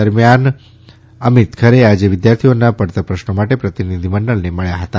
દરમિયાન શ્રી અમીત ખરે આજે વિદ્યાર્થીઓના પડતર પ્રશ્રો માટે પ્રતિનીધિમંડળને મળ્યા હતા